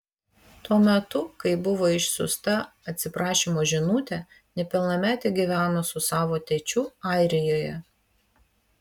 tuo metu kai buvo išsiųsta atsiprašymo žinutė nepilnametė gyveno su savo tėčiu airijoje